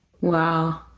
Wow